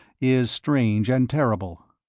is strange and terrible.